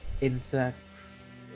insects